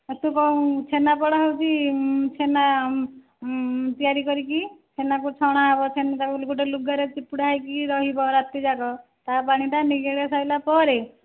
ତୁ କେଉଁ ଛେନାପୋଡ଼ ହେଉଛି ଛେନା ତିଆରି କରିକି ଛେନାକୁ ଛଣା ହେବ ସେମିତି ତାକୁ ସେମିତି ଲୁଗାରେ ଚିପୁଡ଼ା ହୋଇକି ରହିବ ରାତିଯାକ ତା ପାଣିଟା ନିଗାଡ଼ି ସାଇଲା ପରେ